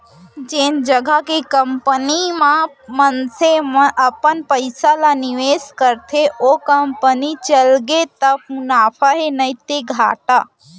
जेन जघा के कंपनी म मनसे अपन पइसा ल निवेस करथे ओ कंपनी चलगे त मुनाफा हे नइते घाटा